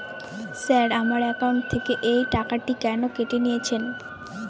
Sir আমার account থেকে এই টাকাটি কেন কেটে নিয়েছেন?